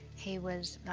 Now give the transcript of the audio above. he was,